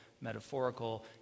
metaphorical